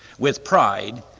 with pride,